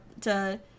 to-